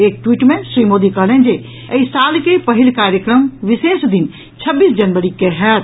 एक ट्वीट मे श्री मोदी कहलनि जे एहि साल के पहिल कार्यक्रम विशेष दिन छब्बीस जनवरी के होयत